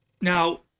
Now